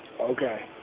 Okay